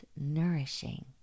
nourishing